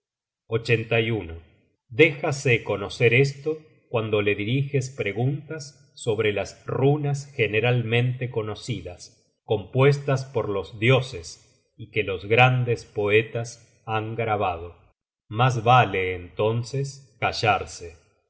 adelántase con orgullo déjase conocer esto cuando le diriges preguntas sobre las runas generalmente conocidas compuestas por los dioses y que los grandes poetas han grabado mas vale entonces callarse